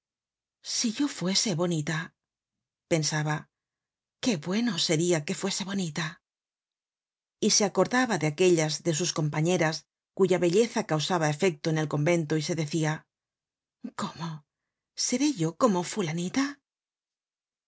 dormir siyo fuese bonita pensaba qué bueno seria que fuese bonita y se acordaba de aquellas de sus compañeras cuya belleza causaba efecto en el convento y se decia cómo seré yo como fulanita